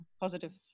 positive